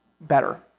better